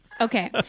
okay